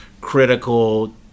critical